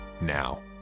now